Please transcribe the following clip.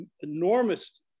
enormous